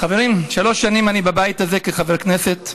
חברים, שלוש שנים אני בבית הזה כחבר כנסת.